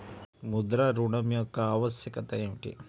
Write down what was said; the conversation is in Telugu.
ముద్ర ఋణం యొక్క ఆవశ్యకత ఏమిటీ?